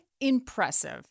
impressive